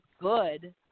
good